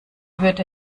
würde